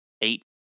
eight